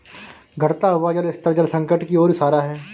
घटता हुआ जल स्तर जल संकट की ओर इशारा है